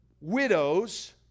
widows